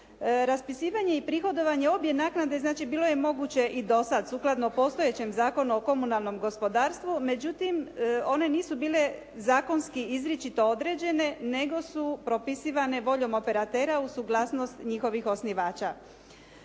Raspisivanje i prihodovanje obje naknade znači bilo je moguće i do sada sukladno postojećem Zakonu o komunalnom gospodarstvu međutim one nisu bile zakonski izričito određene nego su propisivane voljom operatera uz suglasnost njihovih osnivača.